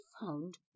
found